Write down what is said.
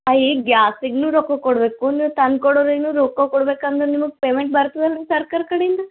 ಹಾಂ ಈಗ ಗ್ಯಾಸಿಗು ರೊಕ್ಕ ಕೊಡ್ಬೇಕು ನೀವು ತಂದು ಕೊಡೊರಿಗು ರೊಕ್ಕ ಕೊಡ್ಬೇಕಂದ್ರೆ ನಿಮಗೆ ಪೇಮೆಂಟ್ ಬರ್ತದೆ ಅಲ್ರಿ ಸರ್ಕಾರ ಕಡೆಯಿಂದ